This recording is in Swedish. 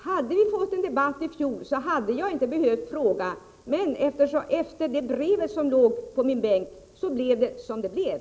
Hade vi fått en debatt i fjol, Doris Håvik, hade jag inte behövt ställa min fråga. Men på grund av det brev som låg i min bänk blev det som det blev!